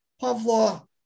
Pavlo